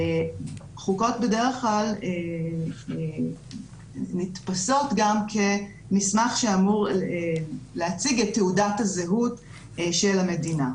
חוקות בדרך כלל נתפסות גם כמסמך שאמור להציג את תעודת הזהות של המדינה,